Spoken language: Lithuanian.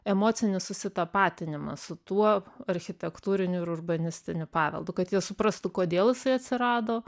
emocinį susitapatinimą su tuo architektūriniu ir urbanistiniu paveldu kad jie suprastų kodėl jisai atsirado